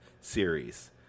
series